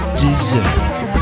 deserve